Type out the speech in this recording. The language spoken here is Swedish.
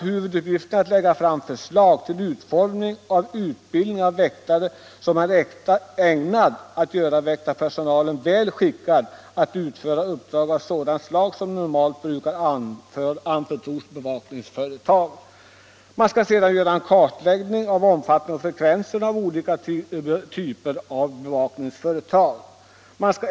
Huvuduppgiften är att lägga fram förslag till en utformning av utbildningen som är ägnad att göra väktarpersonalen väl skickad att utföra uppdrag av sådant slag som normalt brukar anförtros bevakningsföretag. Behovet av utbildning hänger samman med arbetsuppgifternas art, därför bör en kartläggning göras av omfattningen och frekvensen av olika typer av bevakningsuppdrag.